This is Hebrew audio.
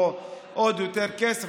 או עוד יותר כסף,